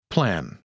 Plan